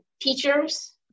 teachers